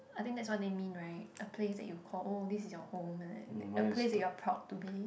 I think that's what they mean right a place you that call oh this is your home like that that a place that you're proud to be